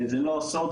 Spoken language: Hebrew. זה לא סוד,